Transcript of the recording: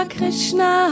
Krishna